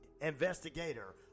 investigator